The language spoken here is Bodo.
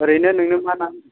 ओरैनो नोंनो मा ना